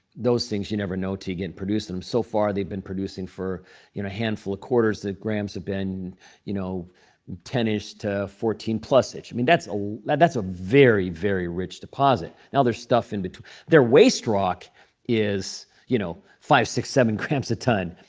those things you never know till you, produce them. so far, they've been producing for you know a handful of quarters. the grams have been you know ten ish to fourteen plusish. i mean that's ah like that's a very, very rich deposit. now there's stuff in but their waste rock is you know five, six, seven grams a ton.